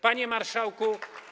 Panie Marszałku!